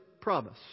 promise